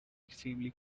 extremely